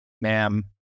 ma'am